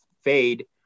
fade